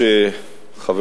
של שרים